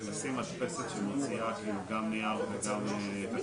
לפני שאנחנו נתקדם אליהם,